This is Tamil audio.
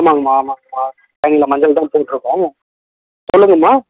ஆமாங்கம்மா ஆமாங்கம்மா சொல்லுங்கள் மஞ்சள் தான் போட்டிருக்கோம் சொல்லுங்கம்மா